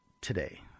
today